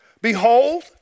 Behold